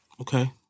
okay